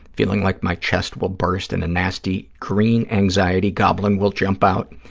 feeling like my chest will burst and a nasty, green anxiety goblin will jump out.